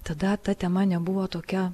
tada ta tema nebuvo tokia